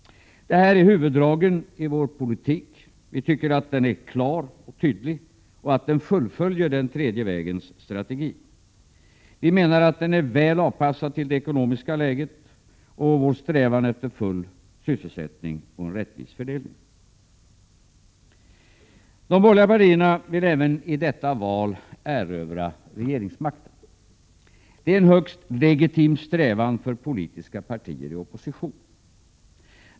Detta är huvuddragen i vår politik. Vi tycker att den är klar och tydlig och att den fullföljer den tredje vägens strategi. Vi menar att den är väl anpassad till det ekonomiska läget och vår strävan efter full sysselsättning och en rättvis fördelning. De borgerliga partierna vill även i detta val erövra regeringsmakten. Det är en högst legitim strävan för politiska partier i opposition.